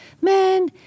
man